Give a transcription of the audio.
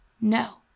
No